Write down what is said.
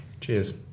cheers